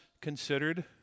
considered